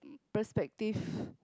perspective